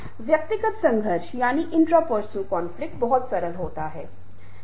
और इसलिए जिन क्षेत्रों को कवर किया गया था वे आप सभी के लिए बहुत उपयोगी रहे होंगे